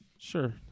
Sure